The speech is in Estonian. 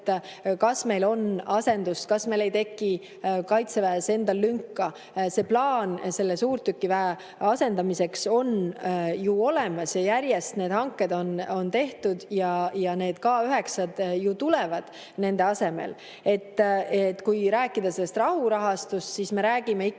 kas meil on asendust, kas meil ei teki Kaitseväes lünka. Plaan selle suurtükiväe asendamiseks on ju olemas, järjest neid hankeid on tehtud ja need K9-d ju tulevad nende asemele. Kui rääkida rahurahastust, siis me räägime ikkagi